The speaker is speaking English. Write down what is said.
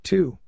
Two